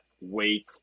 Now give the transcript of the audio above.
wait